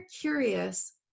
curious